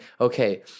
okay